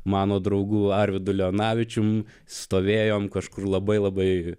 mano draugu arvydu leonavičiumi stovėjome kažkur labai labai